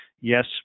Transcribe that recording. Yes